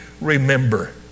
remember